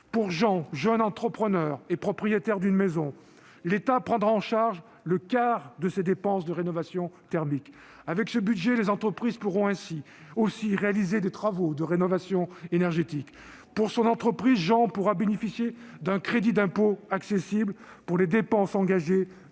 Pour Jean, jeune entrepreneur et propriétaire d'une maison, l'État prendra en charge le quart de ses dépenses de rénovation thermique. Avec ce budget, les entreprises pourront aussi réaliser des travaux de rénovation énergétique. Pour son entreprise, Jean pourra bénéficier d'un crédit d'impôt accessible pour les dépenses engagées depuis